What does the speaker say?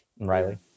Riley